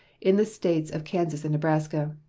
in the states of kansas and nebraska,